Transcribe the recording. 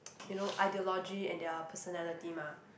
you know idealogy and their personality mah